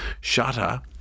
Shutter